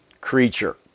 creature